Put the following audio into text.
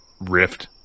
rift